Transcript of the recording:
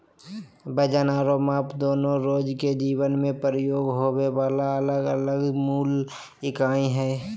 वजन आरो माप दोनो रोज के जीवन मे प्रयोग होबे वला अलग अलग मूल इकाई हय